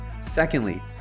Secondly